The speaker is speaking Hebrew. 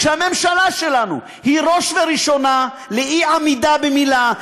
הממשלה שלנו היא הראש והראשונה לאי-עמידה במילה,